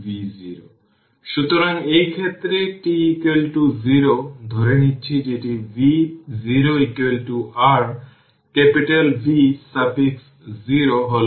vc নির্ধারণ করতে হবে যে এটি r তারপর vx এবং t 0 এর জন্য ix এগুলো করতে হবে তাই এটা ঠিক খুঁজে বের করুন